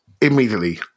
immediately